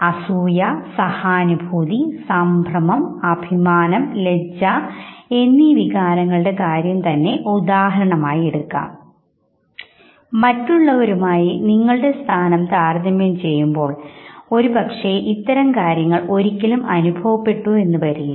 അസൂയസഹാനുഭൂതിസംഭ്രമംഅഭിമാനംലജ്ജ എന്നീ വികാരങ്ങളുടെ കാര്യം തന്നെ ഉദാഹരണമായെടുക്കാം മറ്റുള്ളവരുമായി നിങ്ങളുടെ സ്ഥാനം താരതമ്യം ചെയ്യുമ്പോൾ ഒരു പക്ഷേ ഇത്തരം കാര്യങ്ങൾക്ക് ഒരിക്കലും അനുഭവപ്പെട്ടു എന്നുവരില്ല